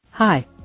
Hi